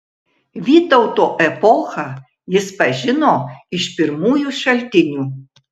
vytauto epochą jis pažino iš pirmųjų šaltinių